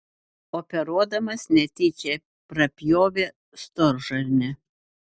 operuodamas netyčia prapjovė storžarnę